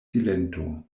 silento